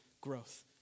growth